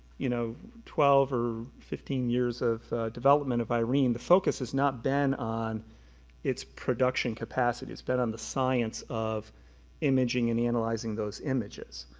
you know, twelve or fifteen years of development of irene, the focus has not been on its production capacity, it's been on the science of imaging and analyzing those images.